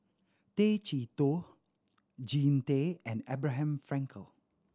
Tay Chee Toh Jean Tay and Abraham Frankel